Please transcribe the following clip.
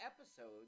episodes